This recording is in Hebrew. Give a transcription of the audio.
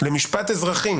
למשפט אזרחי